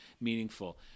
meaningful